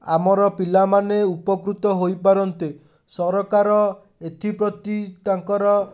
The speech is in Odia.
ଆମର ପିଲାମାନେ ଉପକୃତ ହୋଇପାରନ୍ତି ସରକାର ଏଥିପ୍ରତି ତାଙ୍କର